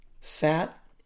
sat